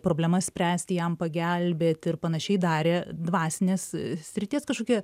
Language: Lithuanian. problemas spręsti jam pagelbėt ir panašiai darė dvasinės srities kažkokie